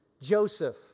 Joseph